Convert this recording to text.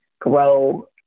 grow